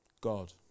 God